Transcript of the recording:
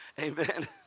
amen